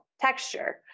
texture